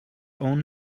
own